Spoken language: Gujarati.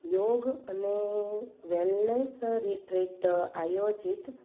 યોગ અને વેલનેસ રિટ્રીટ આયોજિત